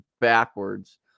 backwards